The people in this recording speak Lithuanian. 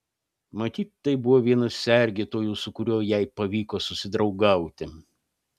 matyt tai buvo vienas sergėtojų su kuriuo jai pavyko susidraugauti